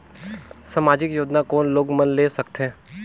समाजिक योजना कोन लोग मन ले सकथे?